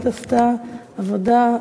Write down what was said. ההצעה התקבלה,